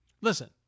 Listen